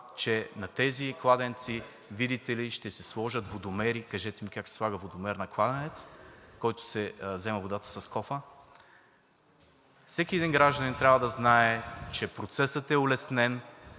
че на тези кладенци, видите ли, ще се сложат водомери. Кажете ми как се слага водомер на кладенец, от който се взема водата с кофа? Всеки един гражданин трябва да знае, че процесът е улеснен